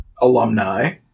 alumni